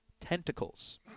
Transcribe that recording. Tentacles